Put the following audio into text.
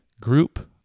group